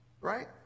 Right